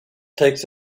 takes